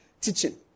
teaching